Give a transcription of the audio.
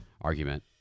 argument